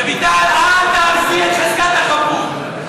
רויטל, אל תהרסי את חזקת החפות.